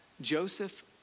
Joseph